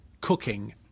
cooking